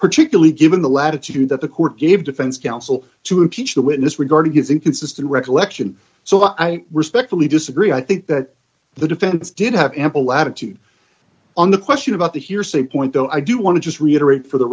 particularly given the latitude that the court gave defense counsel to impeach the witness regarding his inconsistent recollection so i respectfully disagree i think that the defense did have ample latitude on the question about the hearsay point though i do want to just reiterate for the